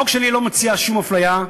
החוק שלי לא מציע שום הפליה,